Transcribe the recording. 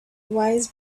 wise